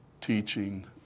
teaching